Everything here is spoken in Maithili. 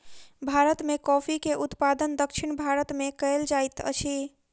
भारत में कॉफ़ी के उत्पादन दक्षिण भारत में कएल जाइत अछि